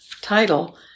title